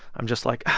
i'm just like,